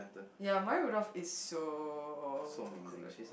ya Maya-Rudolph is so good